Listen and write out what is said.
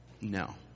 No